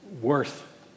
worth